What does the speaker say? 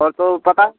और तो पता